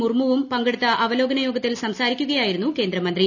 മുർമുവും പങ്കെടുത്ത അവലോകന യോഗത്തിൽ സംസാരിക്കുകയായിരുന്നു കേന്ദ്രമന്ത്രി